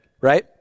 right